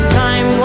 time